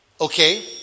Okay